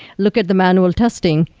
look at the manual testing,